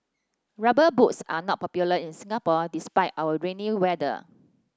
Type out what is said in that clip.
rubber boots are not popular in Singapore despite our rainy weather